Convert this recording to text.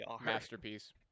masterpiece